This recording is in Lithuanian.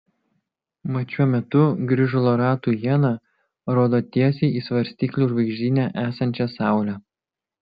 mat šiuo metu grįžulo ratų iena rodo tiesiai į svarstyklių žvaigždyne esančią saulę